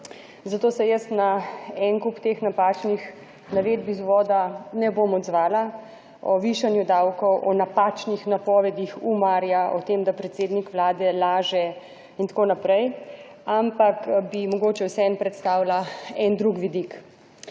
zato se jaz na en kup teh napačnih navedb vzvoda ne bom odzvala; o višanju davkov, o napačnih napovedih Umarja, o tem, da predsednik Vlade laže in tako naprej, ampak bi mogoče vseeno predstavila en drug vidik.